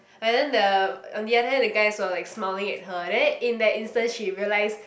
and then the on the other hand the guys were like smiling at her and then in that instance she realise